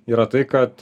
yra tai kad